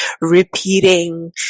repeating